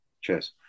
Cheers